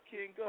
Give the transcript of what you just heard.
King